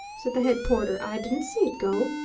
said the head porter. i didn't see it go.